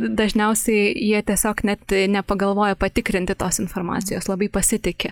dažniausiai jie tiesiog net nepagalvoja patikrinti tos informacijos labai pasitiki